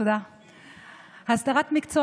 אז רציתי לשאול